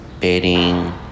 bedding